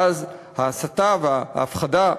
ואז ההסתה וההפחדה,